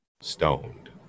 Stoned